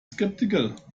sceptical